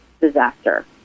Disaster